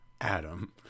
Adam